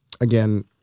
Again